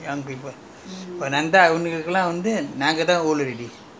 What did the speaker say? we are now ah getting old and we are the older people now for the you~ young people